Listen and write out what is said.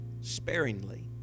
sparingly